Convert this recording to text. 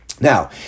Now